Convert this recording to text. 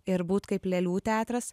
ir būt kaip lėlių teatras